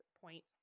point